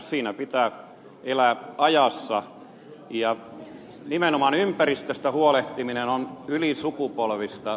siinä pitää elää ajassa ja nimenomaan ympäristöstä huolehtiminen on ylisukupolvista